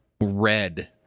red